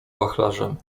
wachlarzem